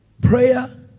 prayer